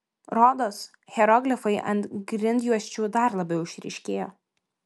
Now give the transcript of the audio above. rodos hieroglifai ant grindjuosčių dar labiau išryškėjo